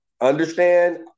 Understand